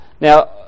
Now